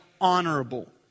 honorable